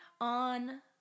on